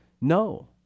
no